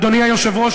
אדוני היושב-ראש,